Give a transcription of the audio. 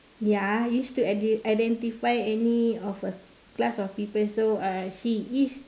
ya used to identify any of class of people so uh she is